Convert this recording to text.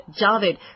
Javed